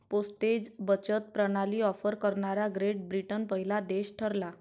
postage बचत प्रणाली offer करणारा ग्रेट ब्रिटन पहिला देश ठरला